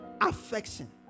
affection